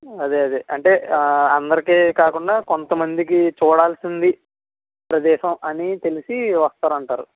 అదే అదే అంటే అందరికి కాకుండా కొంతమందికి చూడాల్సింది ప్రదేశం అని తెలిసి వస్తారు అంటారు